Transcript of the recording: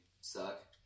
suck